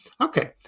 Okay